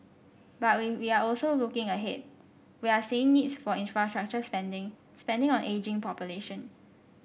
but we we are also looking ahead we are seeing needs for infrastructure spending spending on ageing population